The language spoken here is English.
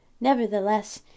Nevertheless